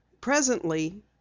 Presently